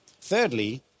Thirdly